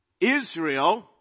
Israel